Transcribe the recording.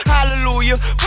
Hallelujah